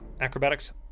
Acrobatics